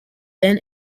then